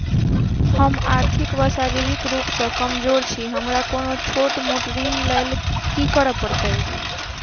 हम आर्थिक व शारीरिक रूप सँ कमजोर छी हमरा कोनों छोट मोट ऋण लैल की करै पड़तै?